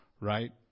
Right